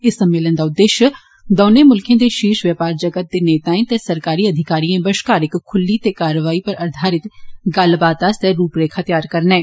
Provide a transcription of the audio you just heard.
इस सम्मेलन दा उद्देश्य दौने मुल्खे दे शीर्ष बपार जगत दे नेताएं ते सरकारी अधिकारिएं बश्कार इक्क खुल्ली ते कार्रवाई पर आधारित गल्लबात आस्तै रूप रेखा त्यार करना ऐ